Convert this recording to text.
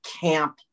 camp